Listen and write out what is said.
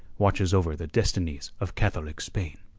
watches over the destinies of catholic spain.